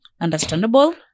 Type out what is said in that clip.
Understandable